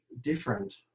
different